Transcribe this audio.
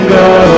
go